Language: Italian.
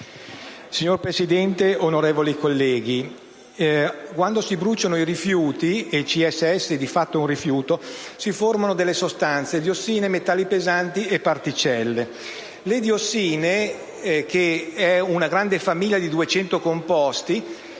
Signor Presidente, onorevoli colleghi, quando si bruciano i rifiuti - e il CSS è di fatto un rifiuto - si formano delle sostanze: diossine, metalli pesanti e particelle. Le diossine, una grande famiglia di 200 composti,